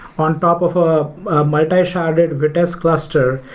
on top of a multi-sharded vitess cluster,